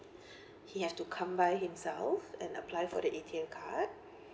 he have to come by himself and apply for the A_T_M card